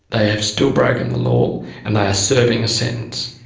they've still broken the law and they are serving a sentence.